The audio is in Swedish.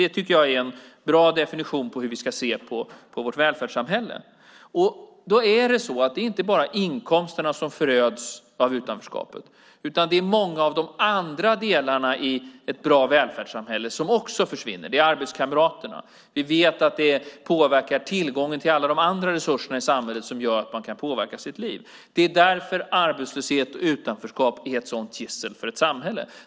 Det är en bra definition av hur vi ska se på vårt välfärdssamhälle. Det är inte bara inkomsterna som föröds av utanförskapet. Det är många av de andra delarna i ett bra välfärdssamhälle som också försvinner, till exempel arbetskamraterna. Vi vet att det påverkar tillgången till alla de andra resurserna i samhället som gör att man kan påverka sitt liv. Det är därför arbetslöshet och utanförskap är ett sådant gissel för ett samhälle.